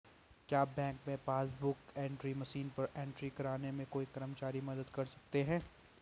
क्या बैंक में passbook book entry machine पर एंट्री करने में कोई कर्मचारी मदद कर सकते हैं?